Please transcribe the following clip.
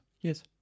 Yes